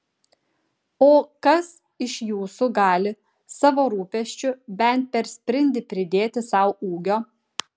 o kas iš jūsų gali savo rūpesčiu bent per sprindį pridėti sau ūgio